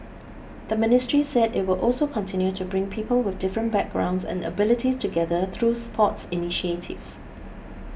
the ministry said it will also continue to bring people with different backgrounds and abilities together through sports initiatives